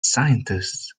scientists